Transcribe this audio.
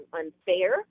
unfair